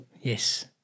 Yes